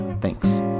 thanks